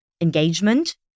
engagement